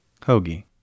Hoagie